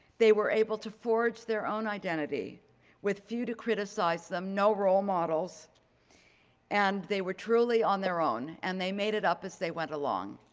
they were able to forge their own identity with few to criticize them, no role models and they were truly on their own. and they made it up as they went along.